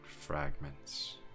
fragments